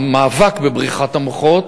המאבק בבריחת המוחות